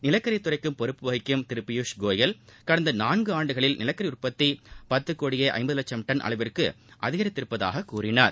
நிலக்கரித்துறைக்கும் பொறப்பு வகிக்கும் திரு பியூஷ் கோயல் கடந்த நான்காண்டுகளில் நிலக்கரி உற்பத்தி பத்து கோடியே ஐம்பது லட்சம் டன் அளவிற்கு அதிகரித்திருப்பதாக கூறினார்